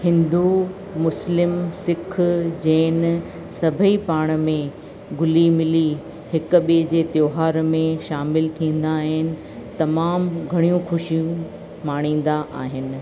हिंदू मुस्लिम सिख जैन सभई पाण में घुली मिली हिकु ॿिए जे त्योहार में शामिलु थींदा आहिनि तमामु घणियूं खुशियूं माणींदा आहिनि